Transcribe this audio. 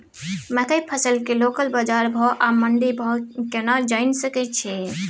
मकई फसल के लोकल बाजार भाव आ मंडी भाव केना जानय सकै छी?